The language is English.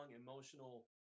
emotional